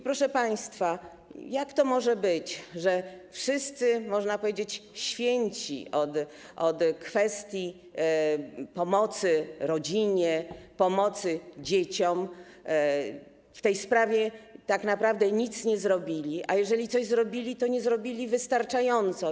Proszę państwa, jak to może być, że wszyscy, można powiedzieć, święci od kwestii pomocy rodzinie, pomocy dzieciom w tej sprawie tak naprawdę nic nie zrobili, a jeżeli coś zrobili, to nie zrobili wystarczająco.